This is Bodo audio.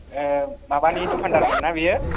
ए माबानि दखानदारमोन ना बियो